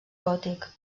gòtic